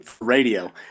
radio